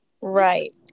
Right